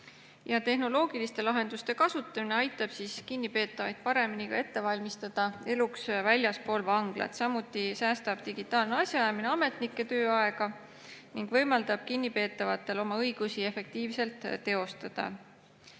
Tehnoloogiliste lahenduste kasutamine aitab kinnipeetavaid paremini ette valmistada eluks väljaspool vanglat. Samuti säästab digitaalne asjaajamine ametnike tööaega ning võimaldab kinnipeetavatel oma õigusi efektiivselt teostada.